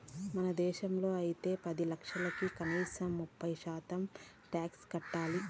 మన దేశంలో అయితే పది లక్షలకి కనీసం ముప్పై శాతం టాక్స్ కట్టాలి